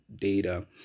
data